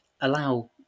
allow